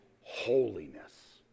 holiness